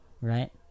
right